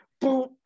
boom